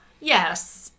Yes